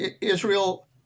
Israel